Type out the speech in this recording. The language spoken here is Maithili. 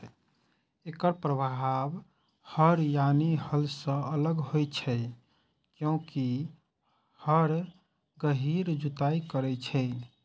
एकर प्रभाव हर यानी हल सं अलग होइ छै, कियैकि हर गहींर जुताइ करै छै